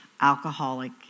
alcoholic